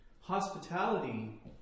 Hospitality